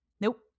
Nope